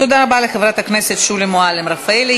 תודה רבה לחברת הכנסת שולי מועלם-רפאלי.